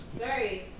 Sorry